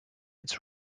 its